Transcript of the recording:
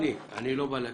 רציני, אני לא בא להקל.